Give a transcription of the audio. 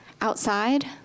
outside